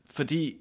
Fordi